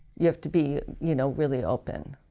you have to be you know really open.